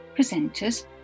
Presenters